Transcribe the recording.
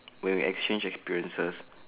when we exchange experiences